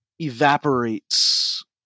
evaporates